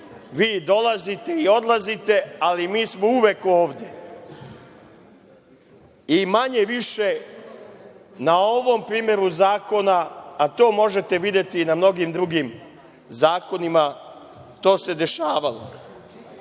Vi dolazite i odlazite, ali mi smo uvek ovde i manje više na ovom primeru zakona, a to možete videti i na mnogo drugim zakonima, to se dešavalo. Kada